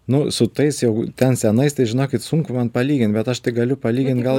nu su tais jau ten senais tai žinokit sunku man palygint bet aš tai galiu palyginti gal